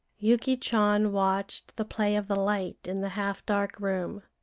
yuki chan watched the play of the light in the half-dark room.